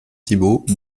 thibault